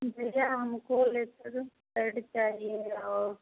भैया हमको letter pad चाहिए और